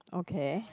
okay